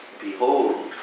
Behold